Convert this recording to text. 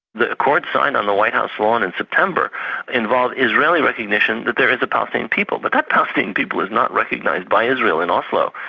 the accord signed on the white house lawn in september involved israeli recognition that there is a palestinian people, but that palestinian people is not recognised by israel in oslo,